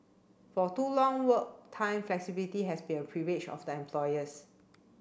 for too long work time flexibility has been a privilege of the employers